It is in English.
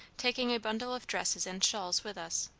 taking a bundle of dresses and shawls with us,